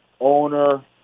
owner